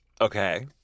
Okay